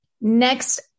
next